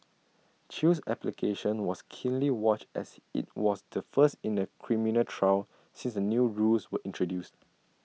chew's application was keenly watched as IT was the first in A criminal trial since the new rules were introduced